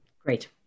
Great